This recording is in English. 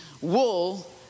wool